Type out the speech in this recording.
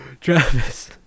travis